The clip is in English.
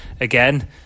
again